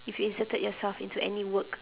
if you inserted yourself into any work